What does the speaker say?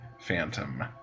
phantom